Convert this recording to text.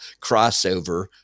crossover